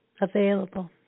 available